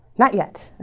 not yet